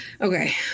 Okay